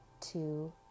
two